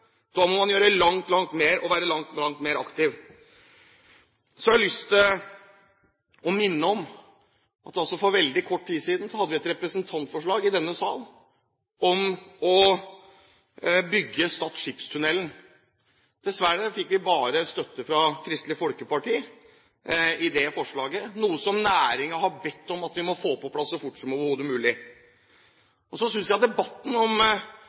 Da må man gjøre langt mer og være langt mer aktiv. Så har jeg lyst til å minne om at for veldig kort tid siden hadde vi et representantforslag i denne salen om å bygge Stad skipstunnel. Dessverre fikk vi bare støtte fra Kristelig Folkeparti til det forslaget, og det er noe som næringen har bedt om at vi må få på plass så fort som overhodet mulig. Så synes jeg det i debatten om